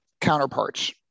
counterparts